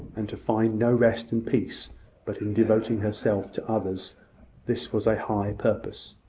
and to find no rest and peace but in devoting herself to others this was a high purpose.